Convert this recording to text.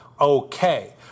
okay